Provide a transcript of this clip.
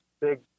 big